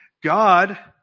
God